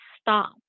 stop